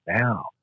now